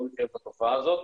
מכירים את התופעה הזאת,